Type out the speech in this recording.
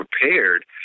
prepared